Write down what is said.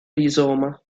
rizoma